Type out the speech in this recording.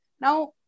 Now